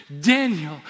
Daniel